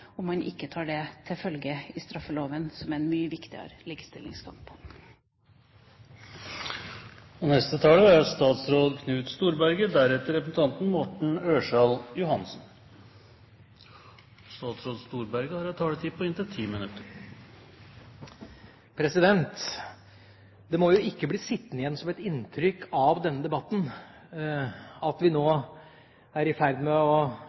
og man ikke tar det til følge i straffeloven. Det er en mye viktigere likestillingskamp. Det må ikke bli sittende igjen som et inntrykk av denne debatten at vi nå er i ferd med ikke å